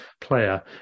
player